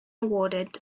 awarded